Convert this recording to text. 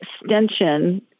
extension